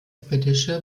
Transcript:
britische